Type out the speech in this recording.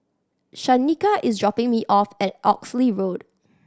Shaniqua is dropping me off at Oxley Road